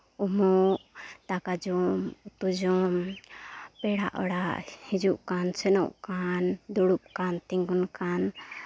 ᱩᱢᱩᱜ ᱫᱟᱠᱟ ᱡᱚᱢ ᱩᱛᱩ ᱡᱚᱢ ᱯᱮᱲᱟ ᱚᱲᱟᱜ ᱦᱤᱡᱩᱜ ᱠᱟᱱ ᱥᱮᱱᱚᱜ ᱠᱟᱱ ᱫᱩᱲᱩᱵ ᱠᱟᱱ ᱛᱤᱸᱜᱩᱱ ᱠᱟᱱ